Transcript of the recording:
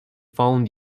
found